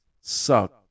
suck